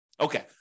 Okay